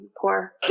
poor